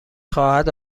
خواهد